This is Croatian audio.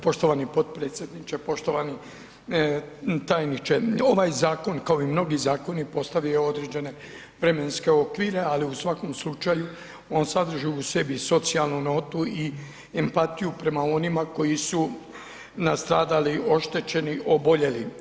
Poštovani potpredsjedniče, poštovani tajniče ovaj zakon kao i mnogi zakoni postavio je određene vremenske okvire ali u svakom slučaju on sadrži u sebi socijalnu notu i empatiju prema onima koji su nastradali, oštećeni, oboljeli.